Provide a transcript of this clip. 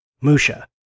Musha